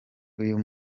uyu